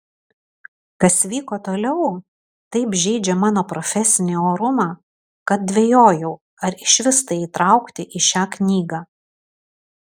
kas vyko toliau taip žeidžia mano profesinį orumą kad dvejojau ar išvis tai įtraukti į šią knygą